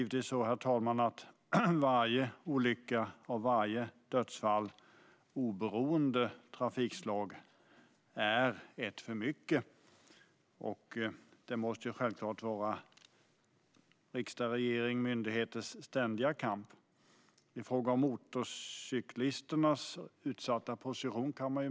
Varje dödsfall, oberoende av trafikslag, är ett för mycket, och att förhindra dessa måste självfallet vara riksdagens, regeringens och myndigheternas ständiga kamp.